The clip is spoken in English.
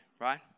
right